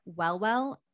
Wellwell